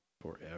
forever